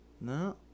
No